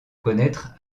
connaître